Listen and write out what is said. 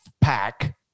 pack